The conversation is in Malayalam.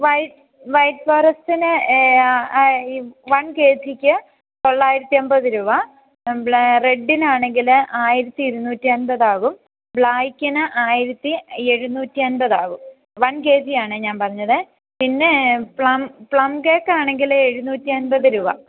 വൈ വൈറ്റ് ഫോറെസ്റ്റിന് വൺ കെ ജിക്ക് തൊള്ളായിരത്തി എൺപത് രൂപ ബ്ലാ റെഡിനാണെങ്കിൽ ആയിരത്തി ഇരുനൂറ്റി അൻപത് ആകും ബ്ലായ്ക്കിന് ആയിരത്തി എഴുന്നൂറ്റി അൻപത് ആകും വൺ കെ ജിയാണെ ഞാൻ പറഞ്ഞത് പിന്നെ പ്ലം പ്ലം കേക്കാണെങ്കിൽ എഴുനൂറ്റി അൻപത് രൂപ